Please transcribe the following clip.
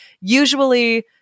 Usually